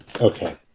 okay